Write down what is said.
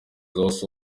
also